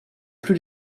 plus